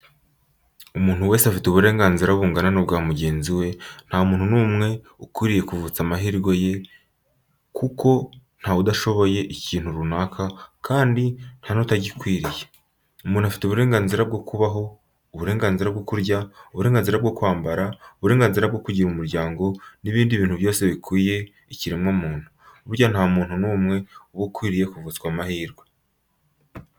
Umuntu wese afite uburenganzira bungana n'ubwa mugenzi we, nta muntu n'umwe uba ukwiriye kuvutsa amahirwe ye kuko ntawutashoboye ikintu runaka kandi ntanutagikwiriye. Umuntu afite uburenganzira bwo kubaho, uburenganzira bwo kurya, uburenganzira bwo kwambara, uburenganzira bwo kugira umuryango n'ibindi bintu byose bikwiye ikiremwamuntu. Burya nta muntu n'umwe uba ukwiriye kuvutswa amahirwe.